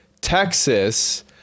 Texas